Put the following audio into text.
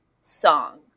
song